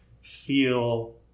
feel